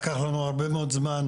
לקח לנו הרבה מאוד זמן,